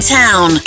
town